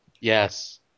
Yes